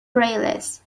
playlist